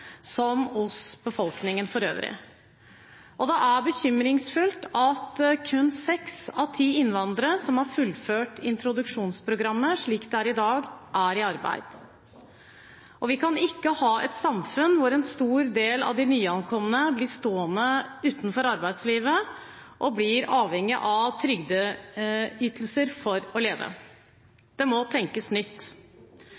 som hos befolkningen for øvrig. Det er bekymringsfullt at kun seks av ti innvandrere som har fullført introduksjonsprogrammet slik det er i dag, er i arbeid. Vi kan ikke ha et samfunn hvor en stor del av de nyankomne blir stående utenfor arbeidslivet og blir avhengig av trygdeytelser for å leve.